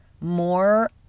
more